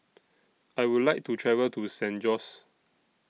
I Would like to travel to San Jose